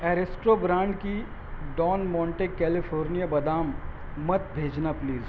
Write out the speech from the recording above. Aristo brand کی Don Monte California بادام مت بھیجنا پلیز